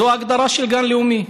זו ההגדרה של גן לאומי.